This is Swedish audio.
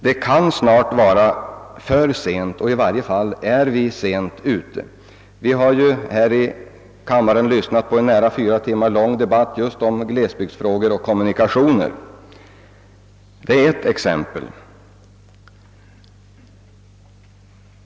Det kan snart vara för sent — i varje fall är vi mycket sent ute. Vi har ju här i kammaren lyssnat till en nära fyra timmar lång debatt just om glesbygdsfrågor och kommunikationer. Det är ett exempel.